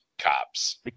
cops